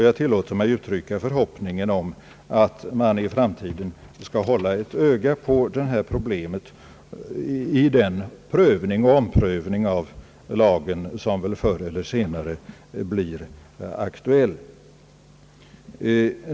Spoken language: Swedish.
Jag tillåter mig uttrycka förhoppningen om att man i framtiden skall hålla ett öga på detta problem i den prövning och omprövning av lagen som väl förr eller senare blir aktuell.